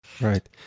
Right